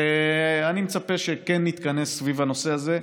אני מצפה שכן נתכנס סביב הנושא הזה,